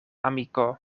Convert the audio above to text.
amiko